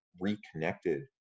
reconnected